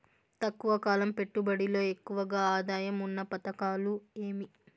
తక్కువ కాలం పెట్టుబడిలో ఎక్కువగా ఆదాయం ఉన్న పథకాలు ఏమి?